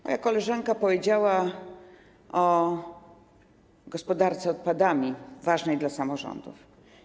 Moja koleżanka powiedziała o gospodarce odpadami, ważnej dla samorządów.